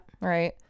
Right